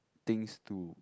things to